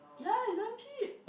yeah it's damn cheap